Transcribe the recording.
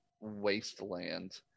wasteland